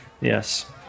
Yes